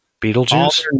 Beetlejuice